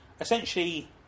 essentially